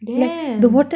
damn